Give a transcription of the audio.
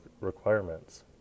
requirements